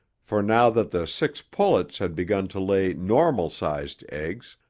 for now that the six pullets had begun to lay normal-sized eggs,